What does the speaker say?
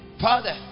Father